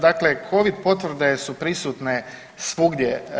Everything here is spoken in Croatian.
Dakle, covid potvrde su prisutne svugdje.